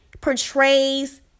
portrays